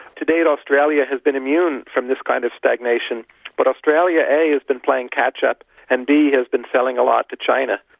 to date australia has been immune from this kind of stagnation but australia a has been playing catch-up and b has been selling a lot to china.